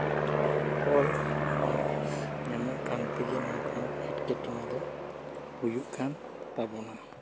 ᱵᱟᱝ ᱧᱟᱢᱚᱜ ᱠᱟᱱ ᱛᱮᱜᱮ ᱱᱚᱝᱠᱟᱱ ᱮᱸᱴᱠᱮᱴᱚᱬᱮ ᱫᱚ ᱦᱩᱭᱩᱜ ᱠᱟᱱ ᱛᱟᱵᱳᱱᱟ